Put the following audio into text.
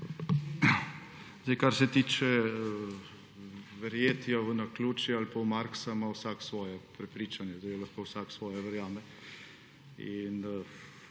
Kar se tiče verjetja v naključja ali pa v Marxa, ima vsak svoje prepričanje. Sedaj lahko vsak svoje verjame